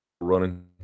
running